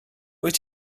wyt